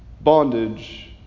bondage